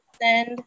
send